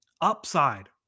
Upside